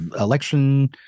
election